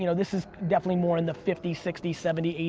you know this is definitely more in the fifty, sixty, seventy, eighty,